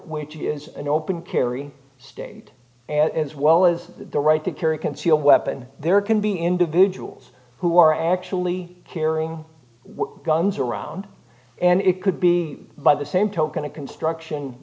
which is an open carry state and as well as the right to carry concealed weapon there can be individuals who are actually carrying guns around and it could be by the same token a construction